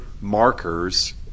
markers